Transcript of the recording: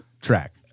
track